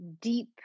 deep